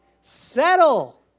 settle